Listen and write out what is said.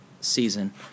season